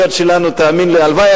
תגיד לה את